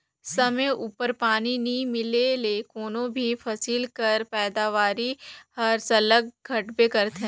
समे उपर पानी नी मिले ले कोनो भी फसिल कर पएदावारी हर सरलग घटबे करथे